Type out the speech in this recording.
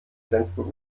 flensburg